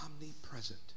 Omnipresent